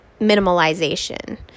minimalization